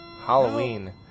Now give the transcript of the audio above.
Halloween